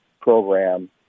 program